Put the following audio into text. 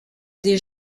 des